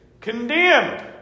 Condemned